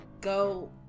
go